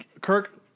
Kirk